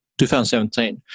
2017